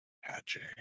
hatching